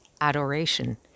adoration